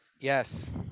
yes